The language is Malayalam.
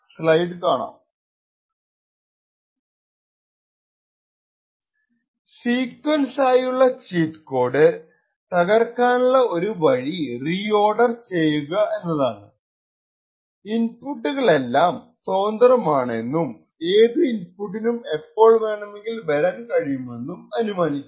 സീക്വൻസ് ആയുള്ള ചീറ്റ് കോഡ് തകർക്കാനുള്ള ഒരു വഴി റീഓർഡർ ചെയ്യുക എന്നതാണ്ഇന്പുട്ട്കളെല്ലാം സ്വതന്ത്രമാണെന്നും ഏതു ഇൻപുട്ടിനും എപ്പോൾ വേണമെങ്കിൽ വരാൻ കഴിയുമെന്നും അനുമാനിക്കാം